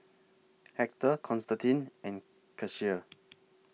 Hector Constantine and Kecia